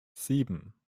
sieben